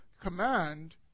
command